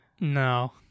No